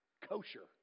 kosher